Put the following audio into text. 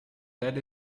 that